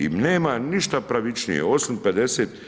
I nema ništa pravičnije osim 50%